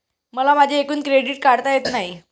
मला माझे एकूण क्रेडिट काढता येत नाही